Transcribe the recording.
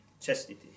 chastity